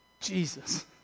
Jesus